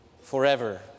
forever